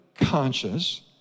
conscious